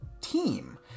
team